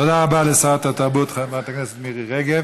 תודה רבה לשרת התרבות חברת הכנסת מירי רגב.